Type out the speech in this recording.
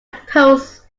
posts